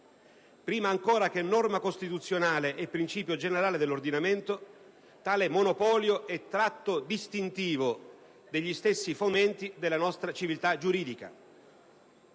Prima ancora che norma costituzionale e principio generale dell'ordinamento, tale monopolio è tratto distintivo degli stessi fondamenti della nostra civiltà giuridica.